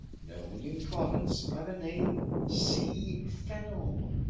known in provence by the name sea fennel,